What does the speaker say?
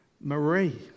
Marie